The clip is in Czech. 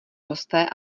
hosté